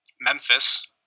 Memphis